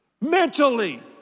mentally